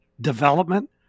development